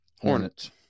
hornets